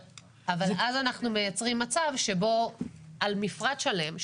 אבל אז אנחנו מייצרים מצב שבו על מפרט שלם,